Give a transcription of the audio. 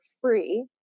free